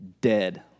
dead